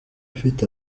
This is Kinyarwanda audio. ufite